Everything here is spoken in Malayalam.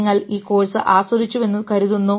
നിങ്ങൾ ഈ കോഴ്സ് ആസ്വദിച്ചുവെന്ന് കരുതുന്നു